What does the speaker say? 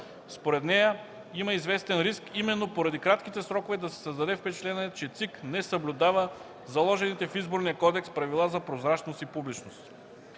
Според нея има известен риск именно поради кратките срокове, да се създаде впечатление, че Централната избирателна комисия не съблюдава заложените в Изборния кодекс правила за прозрачност и публичност.